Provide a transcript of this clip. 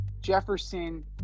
Jefferson